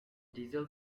diesel